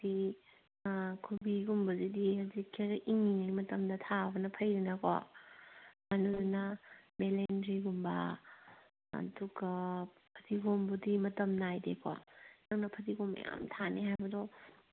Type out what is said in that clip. ꯑꯥ ꯀꯣꯕꯤꯒꯨꯝꯕꯁꯤꯗꯤ ꯍꯧꯖꯤꯛ ꯈꯔ ꯏꯪꯂꯤꯉꯩ ꯃꯇꯝꯗ ꯊꯥꯕꯅ ꯐꯩꯗꯅꯀꯣ ꯑꯗꯨꯗꯨꯅ ꯕꯦꯂꯦꯟꯗ꯭ꯔꯤꯒꯨꯝꯕ ꯑꯗꯨꯒ ꯐꯗꯤꯒꯣꯝꯕꯨꯗꯤ ꯃꯇꯝ ꯅꯥꯏꯗꯦꯀꯣ ꯅꯪꯅ ꯐꯗꯤꯒꯣꯝ ꯃꯌꯥꯝ ꯊꯥꯅꯤ ꯍꯥꯏꯕꯗꯣ